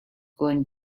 going